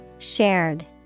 Shared